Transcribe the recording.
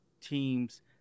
teams